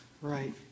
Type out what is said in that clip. Right